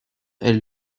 elle